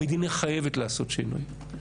המדינה חייבת לעשות שינוי.